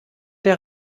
der